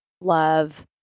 love